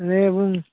दे बुं